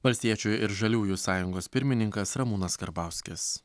valstiečių ir žaliųjų sąjungos pirmininkas ramūnas karbauskis